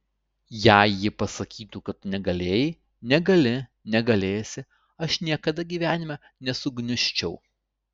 jei ji pasakytų kad tu negalėjai negali negalėsi aš niekada gyvenime nesugniužčiau